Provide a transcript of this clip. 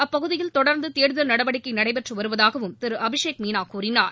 அப்பகுதியில் தொடர்ந்து தேடுதல் நடவடிக்கை நடைபெற்று வருவதாகவும் அபிஷேக் மீனா கூறினார்